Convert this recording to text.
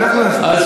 רבותי,